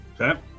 Okay